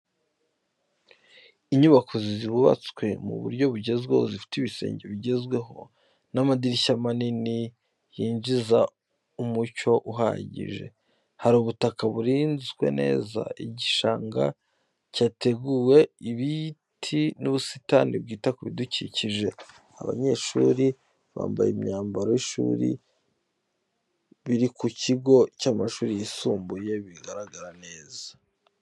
Inyubako zubatswe mu buryo bugezweho zifite ibisenge bigezweho n’amadirishya manini yinjiza umucyo uhagije. Hari ubutaka burinzwe neza, igishanga cyateguwe, ibiti n’ubusitani bwita ku bidukikije. Abanyeshuri bambaye imyambaro y’ishuri biri ku kigo cy’amashuri yisumbuye, bigaragara neza.